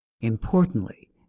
Importantly